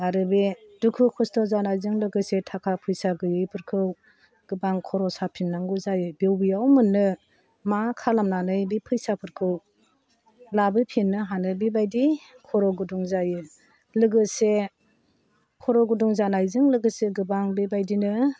आरो बे दुखु खस्थ' जानायजों लोगोसे थाखा फैसा गैयैफोरखौ गोबां खर' साफिन्नांगौ जायो बबेयाव मोन्नो मा खालामनानै बे फैसाफोरखौ लाबोफिन्नो हानो बिबादि खर' गुदुं जायो लोगोसे खर' गुदुं जानायजों लोगोसे गोबां बेबादिनो